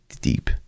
deep